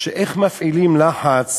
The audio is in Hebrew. איך מפעילים לחץ